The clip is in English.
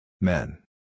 Men